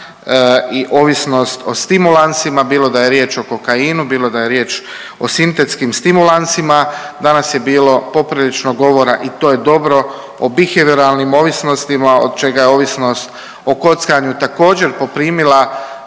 i ovisnost o stimulansima bilo da je riječ o kokainu, bilo da je riječ o sintetskim stimulansima danas je bilo poprilično govora i to je dobro o biheveralnim ovisnostima od čega je ovisnost o kockanju također poprimila